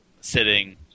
sitting